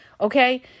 Okay